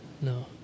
No